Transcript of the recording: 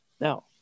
Now